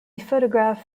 photographed